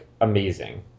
amazing